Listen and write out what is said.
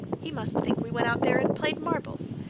he must think we went out there an' played marbles!